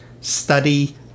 Study